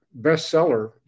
bestseller